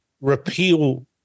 repeal